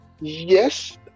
Yes